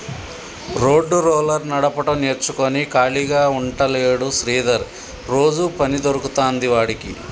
road roller నడపడం నేర్చుకుని ఖాళీగా ఉంటలేడు శ్రీధర్ రోజు పని దొరుకుతాంది వాడికి